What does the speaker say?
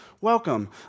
welcome